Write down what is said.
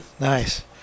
Nice